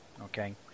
okay